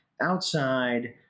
outside